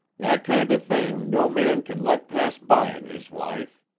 that kinder thing no man can let pass by in his wife.